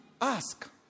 ask